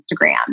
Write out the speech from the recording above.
Instagram